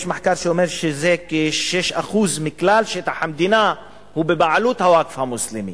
יש מחקר שאומר שכ-6% מכלל שטח המדינה הוא בבעלות הווקף המוסלמי,